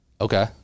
Okay